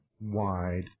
wide